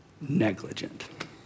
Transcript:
negligent